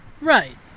Right